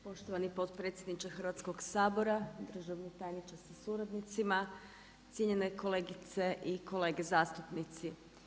Poštovani potpredsjedniče Hrvatskoga sabora, državni tajniče sa suradnicima, cijenjene kolegice i kolege zastupnici.